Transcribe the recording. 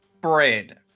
bread